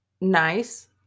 nice